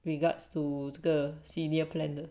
regards to 这个 senior plan 的